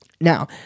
Now